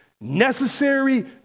necessary